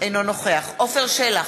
אינו נוכח עפר שלח,